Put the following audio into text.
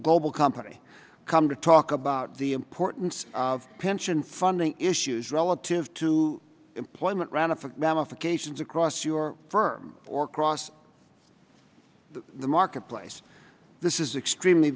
global company come to talk about the importance of pension funding issues relative to employment ran a mammoth occasions across your firm or cross the marketplace this is extremely